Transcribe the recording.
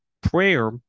prayer